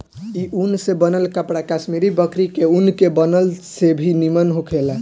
ए ऊन से बनल कपड़ा कश्मीरी बकरी के ऊन के बनल से भी निमन होखेला